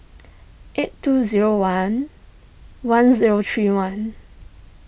eight two zero one one zero three one